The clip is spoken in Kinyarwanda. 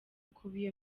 bikubiye